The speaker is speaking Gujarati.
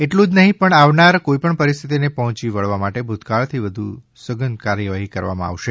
એટલું જ નહીં પણ આવનાર કોઈપણ પરિસ્થિતિને પહોંચી વળવા માટે ભૂતકાળથી વધુ સઘન કાર્યવાહી હાથ ધરાશે